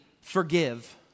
forgive